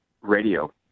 radio